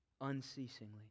unceasingly